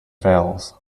fails